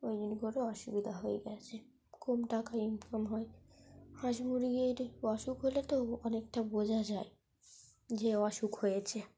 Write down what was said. ওই জন্য করে অসুবিধা হয়ে গিয়েছে কম টাকা ইনকাম হয় হাঁস মুরগির অসুখ হলে তো অনেকটা বোঝা যায় যে অসুখ হয়েছে